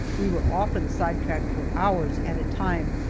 we were often sidetracked for hours at a time,